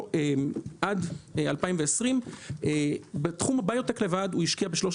עד 2020 בתחום הביוטק בלבד הוא השקיע ב-13